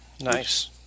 Nice